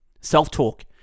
Self-talk